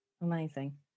Amazing